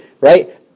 right